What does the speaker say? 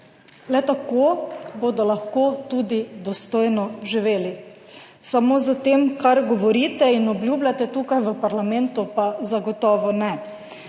le tako bodo lahko tudi dostojno živeli, samo s tem, kar govorite in obljubljate tukaj v parlamentu, pa zagotovo ne.